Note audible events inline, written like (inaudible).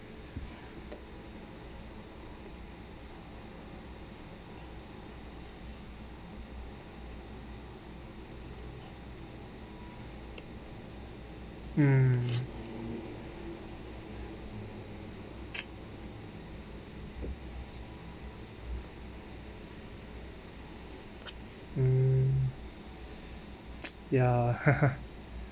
mm mm ya (laughs)